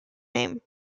name